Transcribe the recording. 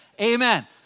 Amen